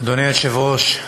אדוני היושב-ראש,